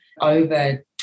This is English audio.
over